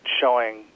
showing